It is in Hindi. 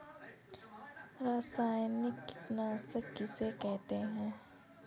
रासायनिक कीटनाशक कैसे होते हैं?